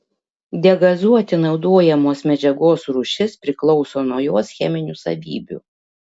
degazuoti naudojamos medžiagos rūšis priklauso nuo jos cheminių savybių